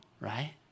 right